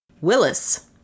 Willis